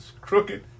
crooked